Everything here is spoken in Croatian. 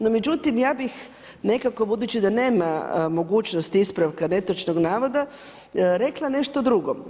No međutim, ja bih nekako budući da nema mogućnosti ispravka netočnog navoda, rekla nešto drugo.